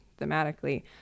thematically